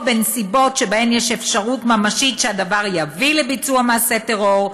או בנסיבות שבהן יש אפשרות ממשית שהדבר יביא לביצוע מעשה טרור,